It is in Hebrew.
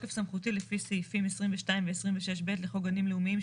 בתוקף סמכותי על פי סעיפים 22 ו-26ב לחוק גנים לאומיים,